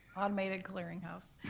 automated clearinghouse.